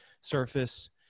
surface